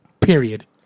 period